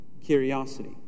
curiosity